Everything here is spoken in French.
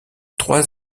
trois